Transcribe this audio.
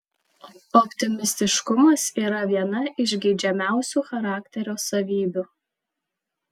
optimistiškumas yra viena iš geidžiamiausių charakterio savybių